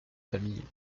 famille